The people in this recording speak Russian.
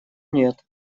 нет